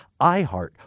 iHeart